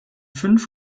fünf